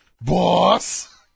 boss